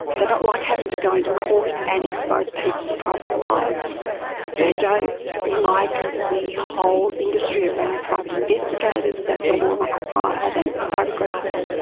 they don't like having to go into court and expose people's private lives they don't like the whole industry around private investigators that the law required and the photographs.